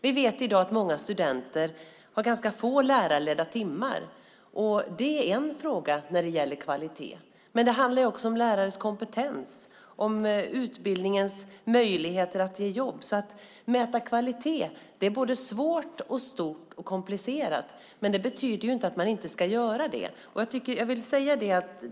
Vi vet i dag att många studenter har ganska få lärarledda timmar. Det är en fråga när det gäller kvalitet. Men det handlar också om lärares kompetens och om utbildningens möjligheter att ge jobb. Att mäta kvalitet är både svårt, stort och komplicerat. Men det betyder inte att man inte ska göra det.